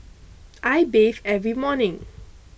I bathe every morning